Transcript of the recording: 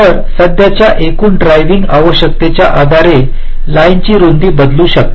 तर सध्याच्या एकूण ड्रायव्हिंग आवश्यकतांच्या आधारे लाईन ची रूंदी बदलू शकते